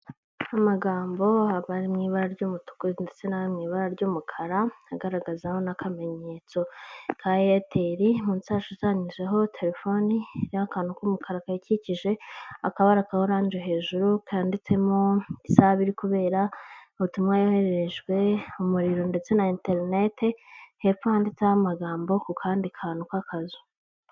Amagambo aba ari mu ibara ry'umutuku ndetse nari mu ibara ry'umukara agaragazaho n'akamenyetso ka eyateri, munsi hashushanyijeho telefoni iriho akantu k'umukara kayikije akabara ka orange hejuru kanditsemo isaha birikubera, ubutumwa yohererejwe, umuriro ndetse na iterinete, hepfo handitseho amagambo ku kandi kantu k'akazu.